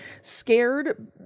scared